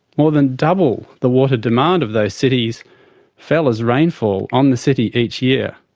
more than double the water demand of the cities fell as rainfall on the city each year.